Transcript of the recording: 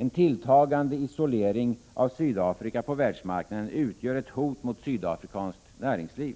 En tilltagande isolering av Sydafrika på världsmarknaden utgör ett hot mot sydafrikanskt näringsliv.